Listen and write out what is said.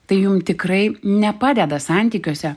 tai jum tikrai nepadeda santykiuose